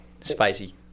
Spicy